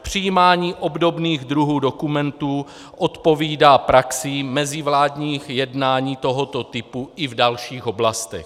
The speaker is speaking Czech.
Přijímání obdobných druhů dokumentů odpovídá praxi mezivládních jednání tohoto typu i v dalších oblastech.